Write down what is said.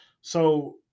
So-